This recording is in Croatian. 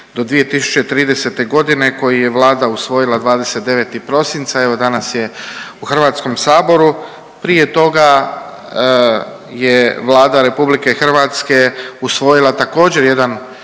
do 2030. godine koji je Vlada usvojila 29. prosinca. Evo danas je u Hrvatskom saboru. Prije toga je Vlada Republike Hrvatske usvojila također jedan